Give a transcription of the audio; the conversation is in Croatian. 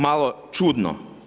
Malo čudno.